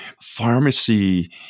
Pharmacy